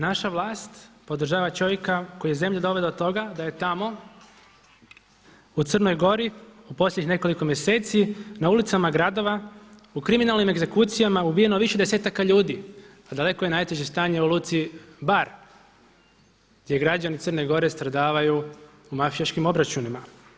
Naša vlast podržava čovjeka koji je zemlju doveo do toga da je tamo u Crnoj Gori u posljednjih nekoliko mjeseci na ulicama gradova u kriminalnim egzekucijama ubijeno više desetaka ljudi a daleko je najteže stanje u luci Bar gdje građani Crne Gore stradavaju u mafijaškim obračunima.